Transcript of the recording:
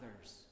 others